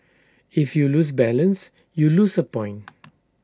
if you lose balance you lose A point